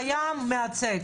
קיים ומייצג,